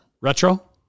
Retro